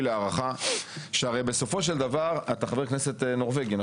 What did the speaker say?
להערכה שהרי בסופו של דבר אתה חבר כנסת נורבגי.